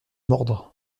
mordre